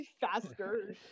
faster